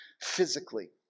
physically